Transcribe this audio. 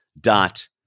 dot